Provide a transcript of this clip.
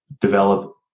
develop